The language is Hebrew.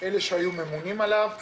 אלה שהיו ממונים עליו,